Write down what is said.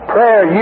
Prayer